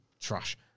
trash